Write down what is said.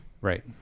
right